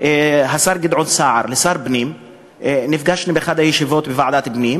השר גדעון סער לשר הפנים נפגשנו באחת הישיבות בוועדת הפנים,